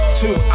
two